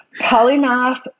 polymath